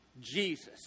Jesus